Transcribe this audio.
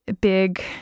big